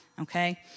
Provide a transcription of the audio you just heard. Okay